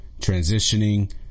transitioning